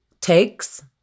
takes